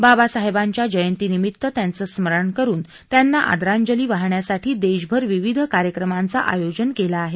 बाबासाहेबांच्या जयंतीनिमित्त त्यांचं स्मरण करून त्यांना आदरांजली वाहण्यासाठी देशभर विविध कार्यक्रमांचं आयोजन केलं आहे